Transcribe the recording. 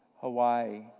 Hawaii